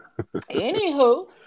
Anywho